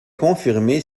confirmer